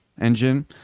engine